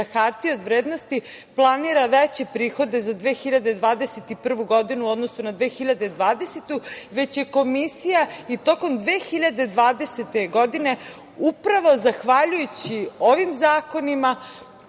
hartije od vrednosti planira veće prihode za 2021. godinu u odnosu na 2020. godinu, već je Komisija i tokom 2020. godine upravo zahvaljujući ovim zakonima